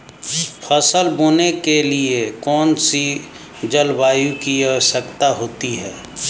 फसल बोने के लिए कौन सी जलवायु की आवश्यकता होती है?